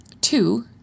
two